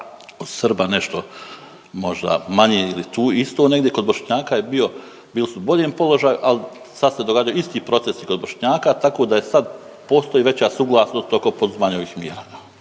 od Srba nešto možda manji ili tu isto negdje. Kod Bošnjaka je bio, bili su u boljem položaju, ali sad se događaju isti procesi kod Bošnjaka tako da sad postoji veća suglasnost oko poduzimanja ovih mjera.